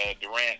Durant